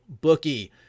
bookie